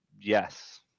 yes